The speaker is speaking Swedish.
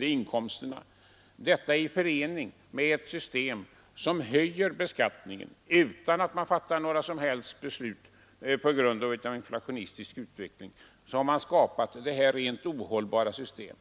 inkomstökningarna, i förening med ett system som höjer beskattningen utan att man fattar några som helst beslut härom. Det är den inflationistiska utvecklingen som skapat denna helt ohållbara ordning.